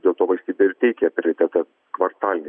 dėl to valstybė ir teikė prioritetą kvartalinei